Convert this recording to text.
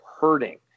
hurting